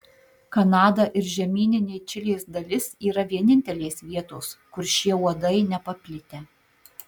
kanada ir žemyninė čilės dalis yra vienintelės vietos kur šie uodai nepaplitę